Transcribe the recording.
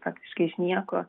praktiškai iš nieko